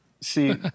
See